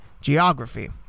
geography